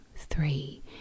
Three